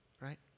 right